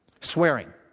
Swearing